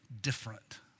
different